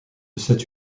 cette